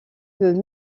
que